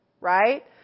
Right